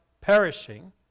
perishing